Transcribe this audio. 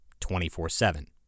24-7